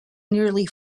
nearly